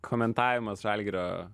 komentavimas žalgirio